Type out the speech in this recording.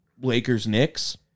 Lakers-Knicks